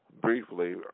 briefly